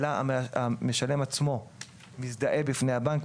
אלא לפני שזה מתבצע המשלם עצמו מזדהה בפני הבנק באמצעות הסיסמה שלו,